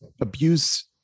abuse